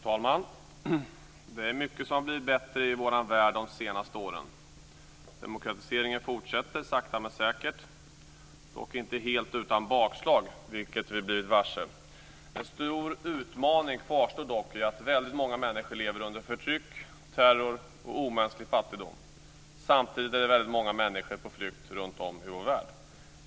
Fru talman! Det är mycket som har blivit bättre i vår värld de senaste åren. Demokratiseringen fortsätter sakta men säkert, dock inte helt utan bakslag, vilket vi blivit varse. En stor utmaning kvarstår dock i att väldigt många människor lever under förtryck, terror och omänsklig fattigdom. Samtidigt är väldigt många människor på flykt runtom i vår värld.